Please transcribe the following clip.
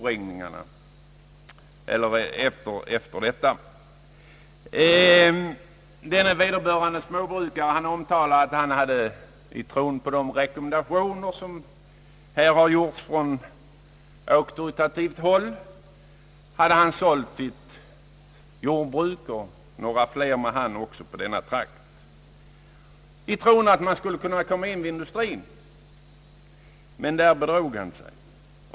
Denne småbrukare omtalade att han och några andra i trakten hade sålt sina jordbruk i tron på de rekommendationer som lämnats från auktoritativt håll. Han hade trott att han skulle kunna komma in i industrien. Men där bedrog han sig.